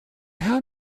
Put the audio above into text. how